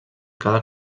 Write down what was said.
cada